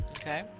Okay